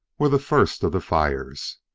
were the first of the fires.